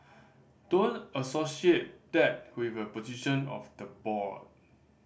don't associate that with a position of the board